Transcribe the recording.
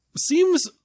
Seems